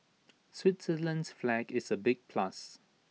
Switzerland's flag is A big plus